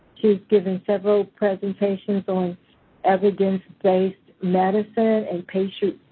she's given several presentations on evidence-based medicine and patient,